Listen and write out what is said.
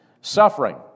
suffering